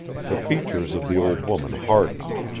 the features of the old woman hardened.